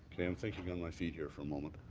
i'm thinking on my feet here for a moment.